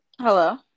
hello